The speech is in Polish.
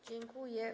Dziękuję.